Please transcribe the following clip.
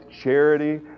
charity